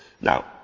Now